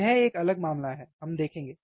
यह एक अलग मामला है हम देखेंगे